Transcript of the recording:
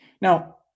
Now